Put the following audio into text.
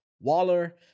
Waller